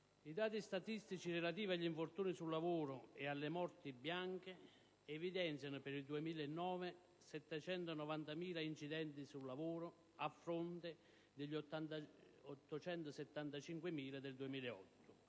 I dati statistici relativi agli infortuni sul lavoro ed alle morti bianche evidenziano, per il 2009, 790.000 incidenti sul lavoro, a fronte degli 875.000 del 2008;